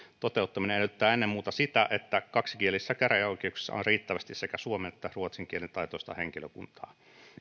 toteuttaminen edellyttää ennen muuta sitä että kaksikielisissä käräjäoikeuksissa on riittävästi sekä suomen että ruotsin kielen taitoista henkilökuntaa